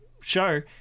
show